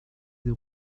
des